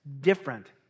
different